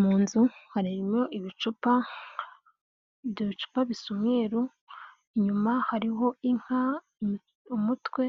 Mu nzu harimo ibicupa, ibyo bicupa bisa umweru, inyuma hariho inka umutwe